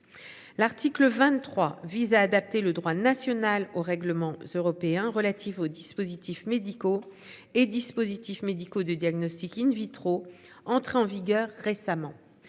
L'article 23 vise à adapter le droit national au règlement européen relatif aux dispositifs médicaux et dispositifs médicaux de diagnostic in vitro, entrée en vigueur, récemment